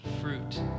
fruit